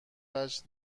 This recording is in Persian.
وجه